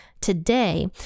today